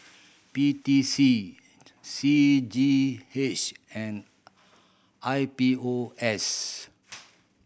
P T C C G H and I P O S